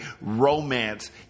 romance